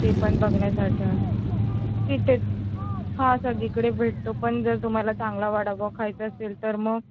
ते पण बघण्यासारखे आहे तिथेच हां सगळीकडे भेटतो पण जर तुम्हाला चांगला वडापाव खायचा असेल तर मग